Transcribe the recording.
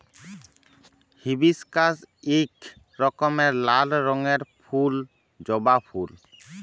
hibiscus ইক রকমের লাল রঙের ফুল জবা ফুল